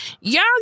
y'all